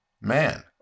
Man